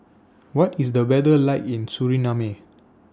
What IS The weather like in Suriname